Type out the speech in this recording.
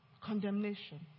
Condemnation